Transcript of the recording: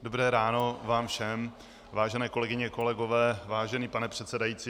Dobré ráno vám všem, vážené kolegyně, kolegové, vážený pane předsedající.